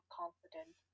confident